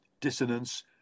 dissonance